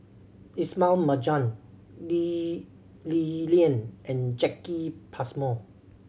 Ismail Marjan Lee Li Lian and Jacki Passmore